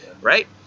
Right